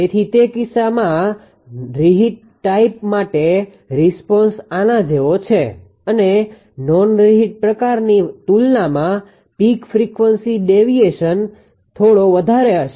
તેથી તે કિસ્સામાં રિહિટ ટાઇપ માટે રિસ્પોન્સresponsesપ્રતિભાવ આના જેવા છે અને નોન રીહિટ પ્રકારની તુલનામાં પીક ફ્રીક્વન્સી ડેવીએસન થોડો વધારે હશે